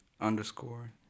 underscore